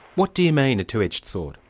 what do you mean, a two-edged sword?